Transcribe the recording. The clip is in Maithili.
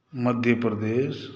मध्यप्रदेश